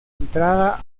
entrada